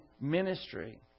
ministry